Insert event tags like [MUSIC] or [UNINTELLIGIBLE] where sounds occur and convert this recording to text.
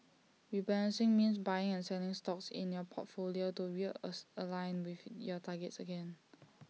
rebalancing means buying and selling stocks in your portfolio to real [UNINTELLIGIBLE] align with your targets again